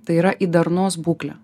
tai yra į darnos būklę